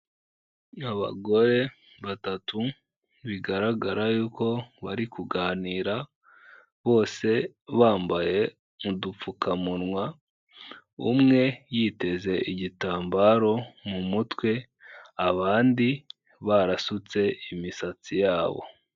Abagore batatu bigaragara yuko bari kuganira bose bambaye udupfukamunwa, umwe yiteze igitambaro mu mutwe, abandi barasutse imisatsi yabo.